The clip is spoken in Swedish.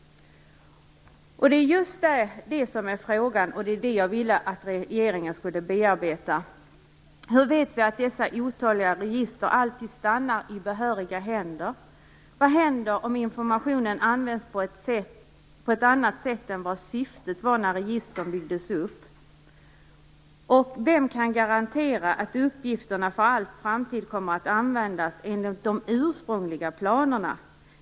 Det är just det som är frågan och det som jag ville att regeringen skulle bearbeta. Hur vet vi att dessa otaliga register alltid stannar i behöriga händer? Vad händer om informationen används på ett annat sätt än syftet var när registren byggdes upp? Vem kan garantera att uppgifterna för all framtid kommer att användas enligt de ursprungliga planerna?